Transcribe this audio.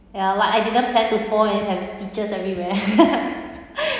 ya like I didn't plan to fall and have stitches everywhere